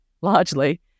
largely